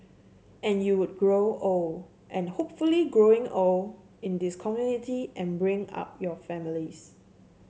and you would grow old and hopefully grow old in this community and bring up your families